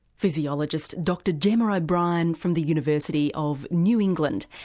physiologist, dr gemma o'brien from the university of new england.